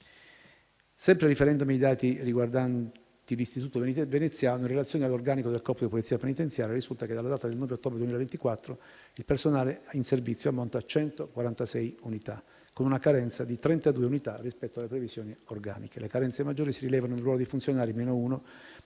Sempre riferendomi ai dati riguardanti l'istituto veneziano, in relazione all'organico del Corpo di polizia penitenziaria, risulta che, alla data del 9 ottobre 2024, il personale in servizio ammonta a 146 unità, con una carenza, dunque, di 32 unità rispetto alle previsioni organiche. Le carenze maggiori si rilevano nel ruolo dei funzionari (meno uno),